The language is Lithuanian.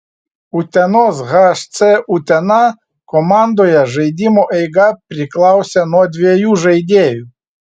utenos hc utena komandoje žaidimo eiga priklausė nuo dviejų žaidėjų